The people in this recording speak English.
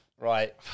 right